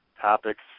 topics